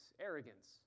arrogance